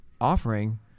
offering